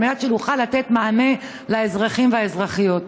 על מנת שנוכל לתת מענה לאזרחים והאזרחיות.